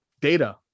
Data